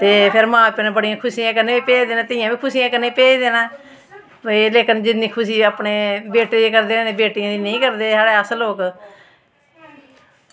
ते फिर मां प्यो ने बड़ी खुशियें कन्नै भेजदे न धियां बी खुशियें कन्नै भेजदे न लेकिन जिन्नी खुशी अपने बेटें दी करदे इन्नी अपनी बेटियें दी नेईं करदे साढ़ै अस लोक